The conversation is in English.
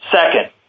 Second